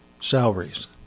salaries